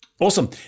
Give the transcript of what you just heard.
Awesome